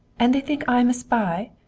and they think i'm a spy?